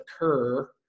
occur